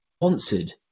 sponsored